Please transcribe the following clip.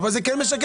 אבל זה כן משקף.